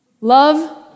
Love